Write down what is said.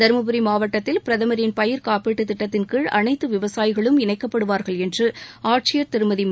தருமபுரி மாவட்டத்தில் பிரதமரின் பயிர்க் காப்பீட்டு திட்டத்தின்கீழ் அனைத்து விவசாயிகளும் இணைக்கப்படுவார்கள் என்று ஆட்சியர் திருமதி எஸ்